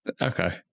Okay